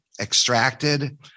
extracted